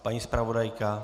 Paní zpravodajka?